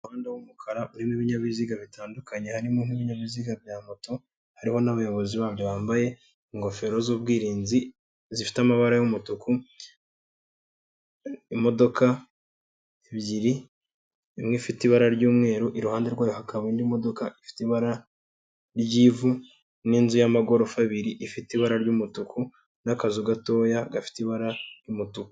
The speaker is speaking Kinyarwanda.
Umuhanda w'umukara urimo ibinyabiziga bitandukanye harimo nk'ibinyabiziga bya moto hariho n'abayobozi babiri bambaye ingofero z'ubwirinzi zifite amabara umutuku, imodoka ebyiri imwe ifite ibara ry'umweru iruhande rwayo hakaba n'imodoka ifite ibara ry'ivu n'inzu y'amagorofa abiri ifite ibara ry'umutuku n'akazu gatoya gafite ibara ry'umutuku.